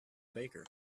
baker